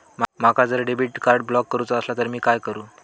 माका जर debit card block करूचा असला तर मी काय करू?